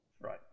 Right